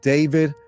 David